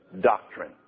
doctrine